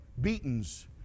beatings